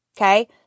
Okay